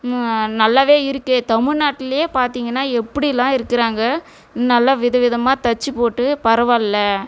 நல்லாவே இருக்கே தமில்நாட்ல பார்த்தீங்கன்னா எப்படிலாம் இருக்கிறாங்க நல்ல விதவிதமாக தச்சு போட்டு பரவாயில்ல